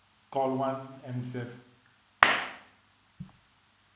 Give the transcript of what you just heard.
call one M_S_F